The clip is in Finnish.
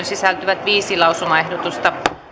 sisältyvät viisi lausumaehdotusta